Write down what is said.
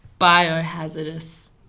biohazardous